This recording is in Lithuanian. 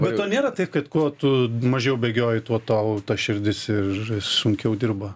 bet o nėra taip kad kuo tu mažiau bėgioji tuo tau širdis ir sunkiau dirba